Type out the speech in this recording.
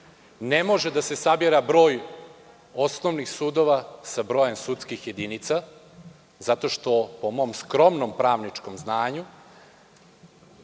Ne može da se sabira broj osnovnih sudova sa brojem sudskih jedinica, zato što, po mom skromnom pravničkom znanju,